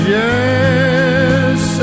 yes